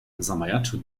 zamajaczył